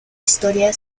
historia